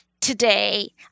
today